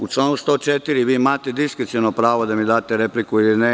U članu 104. vi imate diskreciono pravo da mi date repliku ili ne.